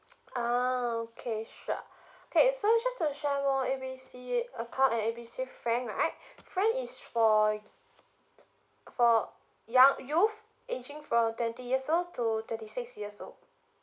ah okay sure okay so just to share more A B C account and A B C frank right frank is for for young youth ageing from twenty years old to thirty six years old